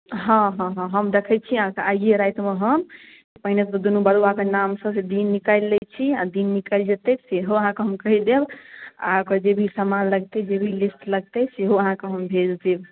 हँ हँ हँ हम देखै छी अहाँकेँ आइए रातिमे हम पहिने तऽ दुनू बड़ुआके नामसँ दिन निकालि लै छी आ दिन निकलि जेतै सेहो अहाँकेँ हम कहि देब आ ओकर जे भी सामान लगतै जे भी लिस्ट लगतै सेहो अहाँकेँ हम भेज देब